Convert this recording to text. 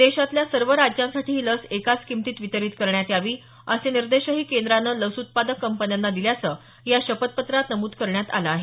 देशातल्या सर्व राज्यांसाठी ही लस एकाच किमतीत वितरीत करण्यात यावी असे निर्देशही केंद्राने लस उत्पादक कंपन्यांना दिल्याचं या शपथपत्रात नमूद करण्यात आलं आहे